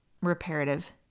reparative